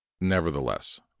Nevertheless